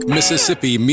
Mississippi